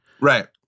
Right